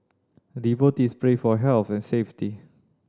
devotees pray for health and safety